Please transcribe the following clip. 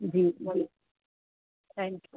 G thank you